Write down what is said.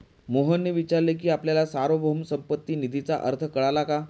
मोहनने विचारले की आपल्याला सार्वभौम संपत्ती निधीचा अर्थ कळला का?